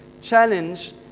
challenge